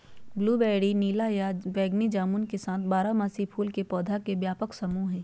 blueberry नीला या बैगनी जामुन के साथ बारहमासी फूल के पौधा के व्यापक समूह हई